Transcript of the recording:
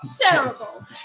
terrible